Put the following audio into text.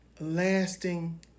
lasting